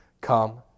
Come